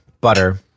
butter